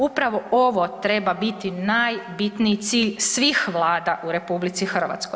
Upravo ovo treba biti najbitniji cilj svih vlada u RH.